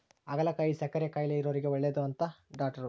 ಹಾಗಲಕಾಯಿ ಸಕ್ಕರೆ ಕಾಯಿಲೆ ಇರೊರಿಗೆ ಒಳ್ಳೆದು ಅಂತಾರ ಡಾಟ್ರು